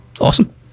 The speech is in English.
Awesome